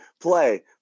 play